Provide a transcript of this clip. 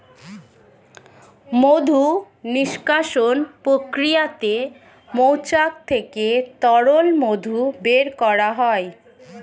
মধু নিষ্কাশণ প্রক্রিয়াতে মৌচাক থেকে তরল মধু বের করা হয়